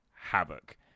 havoc